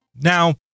Now